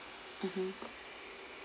mmhmm